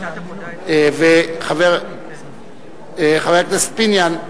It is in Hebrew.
וחבר הכנסת פיניאן,